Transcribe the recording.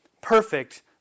perfect